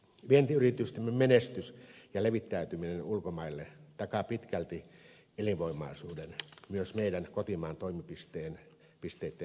vientiyritystemme menestys ja levittäytyminen ulkomaille takaa pitkälti myös kotimaan toimipisteitten elinvoimaisuuden ja jatkuvuuden